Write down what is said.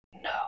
no